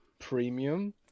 Premium